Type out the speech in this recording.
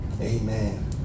Amen